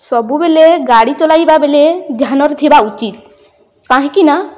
ସବୁବେଲେ ଗାଡ଼ି ଚଲାଇବା ବେଲେ ଧ୍ୟାନରେ ଥିବା ଉଚିତ କାହିଁକି ନା